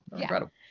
incredible